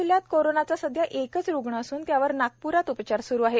जिल्ह्यात कोरोनाचा सध्या एकच रुग्ण असून त्याच्यावर नागपुरात उपचार सुरू आहेत